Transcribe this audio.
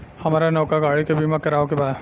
हामरा नवका गाड़ी के बीमा करावे के बा